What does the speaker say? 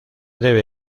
debe